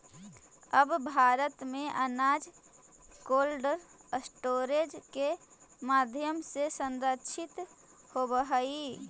अब भारत में अनाज कोल्डस्टोरेज के माध्यम से संरक्षित होवऽ हइ